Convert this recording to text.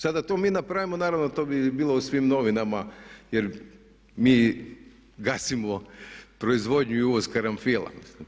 Sada da to mi napravimo, naravno to bi bilo u svim novinama jer mi gasimo proizvodnju i uvoz karanfila.